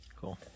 Cool